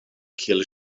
kiel